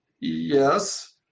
Yes